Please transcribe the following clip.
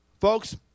folks